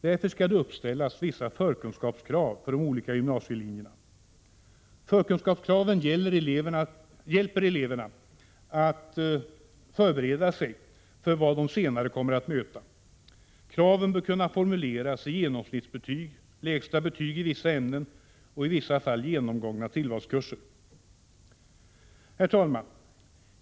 Därför skall det uppställas vissa förkunskapskrav i vad gäller de olika gymnasielinjerna. Förkunskapskraven hjälper eleverna att förbereda sig för vad de senare kommer att möta. Kraven bör kunna formuleras i genomsnittsbetyg, lägsta betyg i vissa ämnen och i vissa fall genomgångna tillvalskurser. Herr talman!